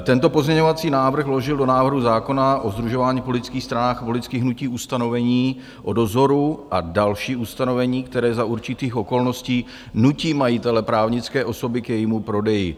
Tento pozměňovací návrh vložil do návrhu zákona o sdružování v politických stranách a v politických hnutích ustanovení o dozoru a další ustanovení, které za určitých okolností nutí majitele právnické osoby k jejímu prodeji.